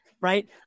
right